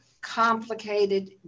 complicated